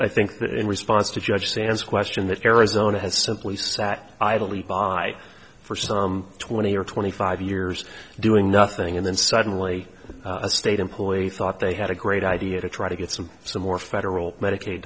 i think that in response to judge sand's question that arizona has simply sat idly by for some twenty or twenty five years doing nothing and then suddenly a state employee thought they had a great idea to try to get some some more federal medica